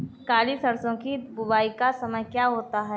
काली सरसो की बुवाई का समय क्या होता है?